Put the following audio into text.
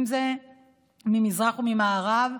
אם זה ממזרח ואם זה ממערב.